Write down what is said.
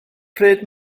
pryd